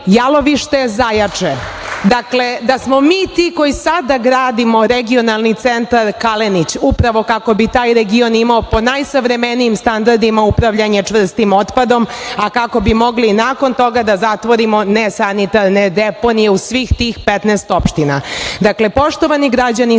jalovište „Zajače“, da smo mi ti koji sada gradimo regionalni centar „Kalenić“ upravo kako bi taj region imao po najsavremenijim standardima upravljanje čvrstim otpadom, a kako bi mogli i nakon toga da zatvorimo nesanitarne deponije u svih tih 15 opština. Dakle, poštovani građani